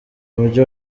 mujyi